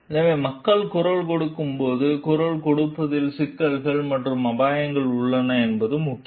எனவே மக்கள் குரல் கொடுக்கும் போது குரல் கொடுப்பதில் சிக்கல்கள் மற்றும் அபாயங்கள் உள்ளன என்பது முக்கியம்